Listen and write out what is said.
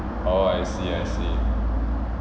oh I see I see